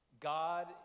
God